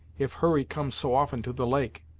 if hurry comes so often to the lake.